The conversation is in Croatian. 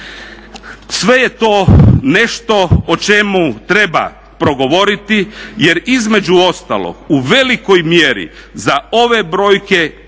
Sve je to nešto o čemu treba progovoriti jer između ostalog u velikoj mjeri za ove brojke kumuje